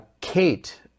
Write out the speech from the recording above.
Kate